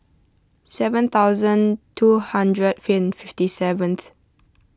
seven thousand two hundred finn fifty seventh